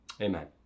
Amen